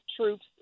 troops